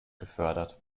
gefördert